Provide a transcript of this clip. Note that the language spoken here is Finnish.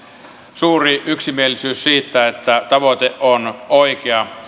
suuri yksimielisyys siitä että tavoite on oikea